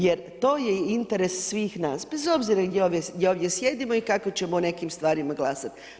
Jer to je interes svih nas bez obzira gdje ovdje sjedimo i kako ćemo o nekim stvarima glasati.